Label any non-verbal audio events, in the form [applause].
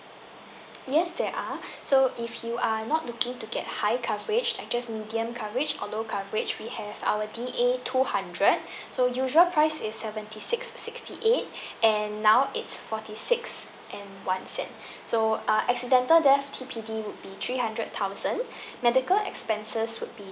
yes there are so if you are not looking to get high coverage like just medium coverage or low coverage we have our D A two hundred [breath] so usual price is seventy six sixty eight and now it's forty sixth and one cent so uh accidental death T_P_D would be three hundred thousand medical expenses would be